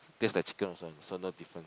taste like chicken also so no difference